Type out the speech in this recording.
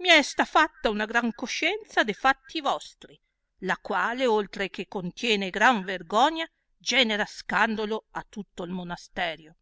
mi è sta fatta una gran conscienzia de fatti vostri la quale oltre che contiene gran vergogna genera scandolo a tutto il monasterio